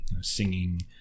singing